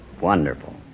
Wonderful